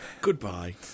Goodbye